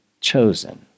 chosen